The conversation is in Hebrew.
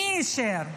מי אישר,